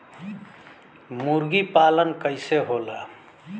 मुर्गी पालन कैसे होला?